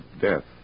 death